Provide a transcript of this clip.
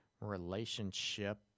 Relationship